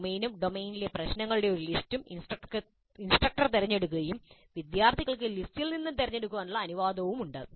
ഡൊമെയ്നും ഡൊമെയ്നിലെ പ്രശ്നങ്ങളുടെ ഒരു ലിസ്റ്റും ഇൻസ്ട്രക്ടർ തിരഞ്ഞെടുക്കുകയും വിദ്യാർത്ഥികൾക്ക് ലിസ്റ്റിൽ നിന്ന് തിരഞ്ഞെടുക്കാൻ അനുവാദവുമുണ്ട്